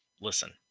listen